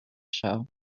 show